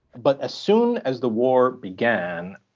but as soon as the war began,